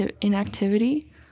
inactivity